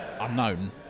unknown